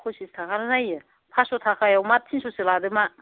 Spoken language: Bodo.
फसिस थाखा जायो फासस' थाखायाव मा थिनस'सो लादो मा